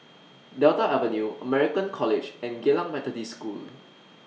Delta Avenue American College and Geylang Methodist School